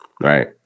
Right